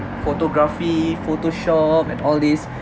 photography photoshop and all these